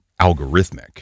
algorithmic